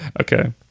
Okay